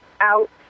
out